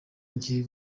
ngiye